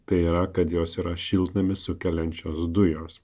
tai yra kad jos yra šiltnamis sukeliančios dujos